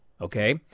Okay